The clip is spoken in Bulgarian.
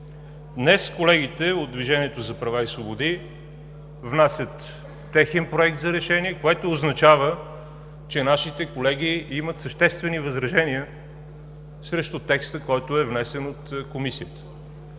Днес колегите от „Движението за права и свободи“ внасят техен Проект за решение, което означава, че нашите колеги имат съществени възражения срещу текста, внесен от Комисията.